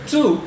Two